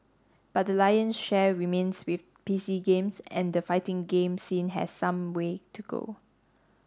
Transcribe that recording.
but the lion share remains with P C games and the fighting game scene has some way to go